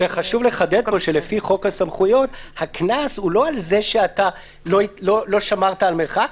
חשוב לחדד שלפי חוק הסמכויות הקנס הוא לא על זה שלא שמרת מרחק,